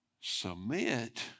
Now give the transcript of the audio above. submit